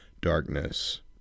darkness